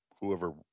Whoever